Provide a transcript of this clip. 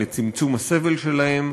לצמצום הסבל שלהם.